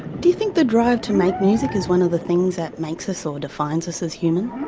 do you think the drive to make music is one of the things that makes us, or defines us as human?